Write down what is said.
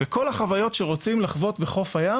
וכל החוויות שרוצים לחוות בחוף הים